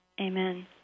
Amen